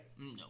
No